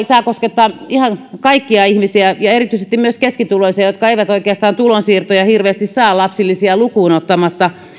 tämä koskettaa ihan kaikkia ihmisiä ja erityisesti keskituloisia jotka eivät oikeastaan tulonsiirtoja hirveästi saa lapsilisiä lukuun ottamatta